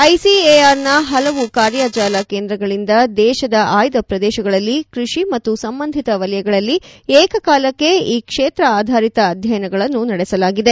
ಐಸಿಎಆರ್ನ ಹಲವು ಕಾರ್ಯಾಜಾಲ ಕೇಂದ್ರಗಳಿಂದ ದೇಶದ ಆಯ್ದ ಪ್ರದೇಶಗಳಲ್ಲಿ ಕ್ಪಷಿ ಮತ್ತು ಸಂಬಂಧಿತ ವಲಯಗಳಲ್ಲಿ ಏಕಕಾಲಕ್ಲೆ ಈ ಕ್ಷೇತ್ರ ಆಧರಿತ ಅಧ್ಯಯನಗಳನ್ನು ನಡೆಸಲಾಗಿದೆ